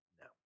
no